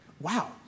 wow